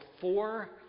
four